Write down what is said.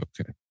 Okay